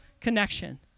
connection